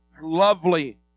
Lovely